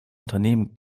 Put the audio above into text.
unternehmen